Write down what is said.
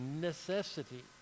necessity